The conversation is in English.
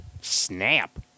Snap